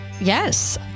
Yes